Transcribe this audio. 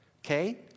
okay